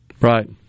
Right